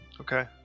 okay